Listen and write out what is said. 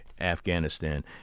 Afghanistan